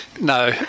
No